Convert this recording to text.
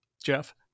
Jeff